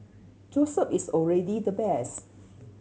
Joseph is already the best